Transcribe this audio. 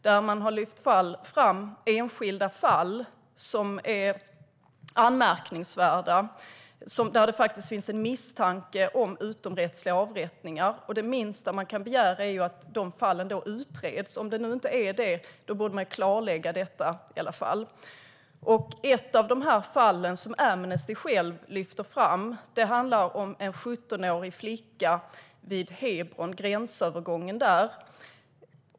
De har lyft fram enskilda fall som är anmärkningsvärda och där det finns misstanke om utomrättsliga avrättningar. Det minsta man kan begära är att de fallen utreds. Om det inte rör sig om utomrättsliga avrättningar borde det i alla fall klarläggas. Ett av fallen som Amnesty lyfter fram handlar om en 17-årig flicka vid gränsövergången vid Hebron.